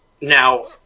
now